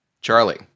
Charlie